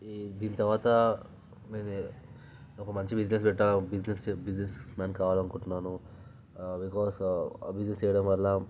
ఈ దీని తర్వాత నేనే ఒక మంచి బిజినెస్ పెట్టా బిజినెస్ బిజినెస్మ్యాన్ కావాలనుకుంటున్నాను బికాస్ ఆ బిజినెస్ చేయడం వల్ల